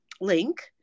link